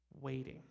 waiting